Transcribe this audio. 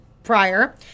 prior